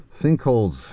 sinkholes